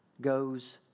goes